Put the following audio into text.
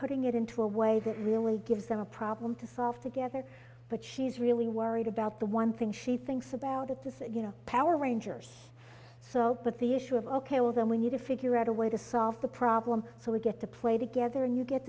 putting it into a way that really gives them a problem to solve together but she's really worried about the one thing she thinks about at this you know power rangers so but the issue of ok well then we need to figure out a way to solve the problem so we get to play together and you get